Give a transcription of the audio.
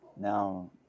Now